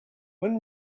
when